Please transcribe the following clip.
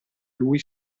lui